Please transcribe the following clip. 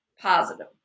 positive